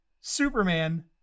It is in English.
Superman